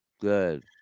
Good